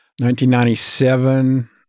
1997